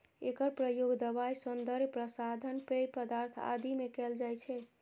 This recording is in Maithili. एकर प्रयोग दवाइ, सौंदर्य प्रसाधन, पेय पदार्थ आदि मे कैल जाइ छै